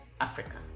Africa